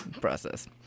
process